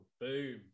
boom